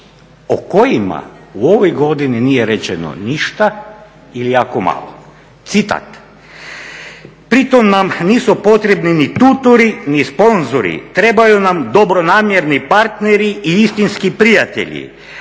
o kojima u ovoj godini nije rečeno ništa ili jako malo. Citat: "Pritom nam nisu potrebni ni tutori ni sponzori. Trebaju nam dobronamjerni partneri i istinski prijatelji,